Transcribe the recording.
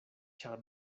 ĉar